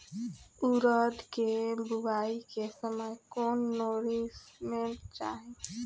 उरद के बुआई के समय कौन नौरिश्मेंट चाही?